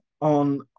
on